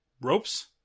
ropes